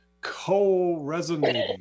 co-resonating